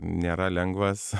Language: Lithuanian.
nėra lengvas